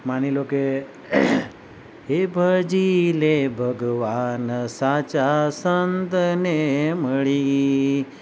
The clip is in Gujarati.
માની લો કે હે ભજી લે ભગવાન સાચા સંતને મળી